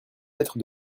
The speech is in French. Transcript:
lettre